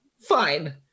Fine